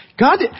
God